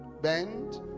bend